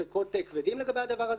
שהביעו ספיקות כבדים לגבי הדבר הזה,